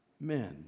men